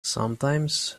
sometimes